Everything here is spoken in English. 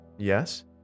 yes